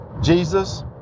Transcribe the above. Jesus